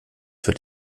wird